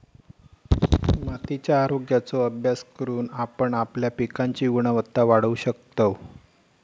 मातीच्या आरोग्याचो अभ्यास करून आपण आपल्या पिकांची गुणवत्ता वाढवू शकतव